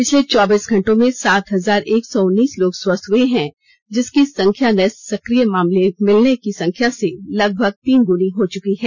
पिछले चौबीस घंटों में सात हजार एक सौ उत्रिस लोग स्वस्थ हुए हैं जिसकी संख्या नये सक्रिय मामले मिलने की संख्या से लगभग तीन गुनी हो चुकी है